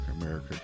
America